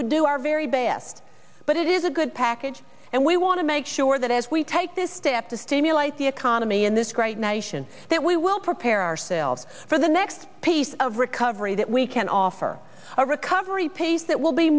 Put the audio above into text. would do our very best but it is a good package and we want to make sure that as we take this step to stimulate the economy in this great nation that we will prepare ourselves for the next piece of recovery that we can offer a recovery pace that will be